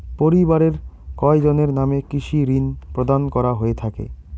পরিবারের কয়জনের নামে কৃষি ঋণ প্রদান করা হয়ে থাকে?